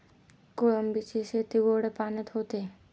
कोळंबीची शेती गोड्या पाण्यात होते